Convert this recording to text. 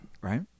right